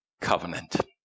covenant